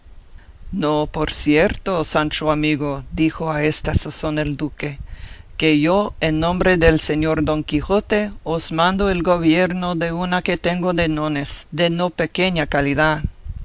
no por cierto sancho amigo dijo a esta sazón el duque que yo en nombre del señor don quijote os mando el gobierno de una que tengo de nones de no pequeña calidad